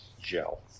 gel